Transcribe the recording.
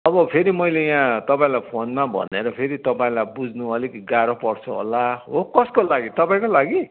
अब फेरि मैले यहाँ तपाईँलाई फोनमा भनेर फेरि तपाईँलाई बुझ्नु अलिकति गाह्रो पर्छ होला हो कसको लागि तपाईँकै लागि